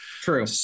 true